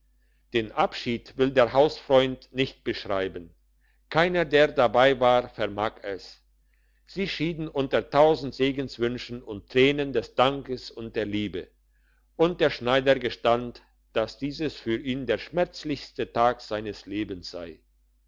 den abschied will der hausfreund nicht beschreiben keiner der dabei war vermag es sie schieden unter tausend segenswünschen und tränen des dankes und der liebe und der schneider gestand dass dieses für ihn der schmerzlichste tag seines lebens sei